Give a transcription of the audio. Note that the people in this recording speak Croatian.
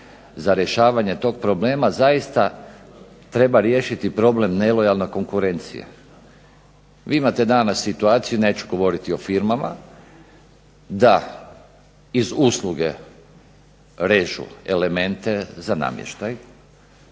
za rješavanje tog problema, zaista treba riješiti problem nelojalne konkurencije. Vi imate danas situaciju, neću govoriti o firmama, da iz usluge režu elemente za namještaj,